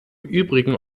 übrigen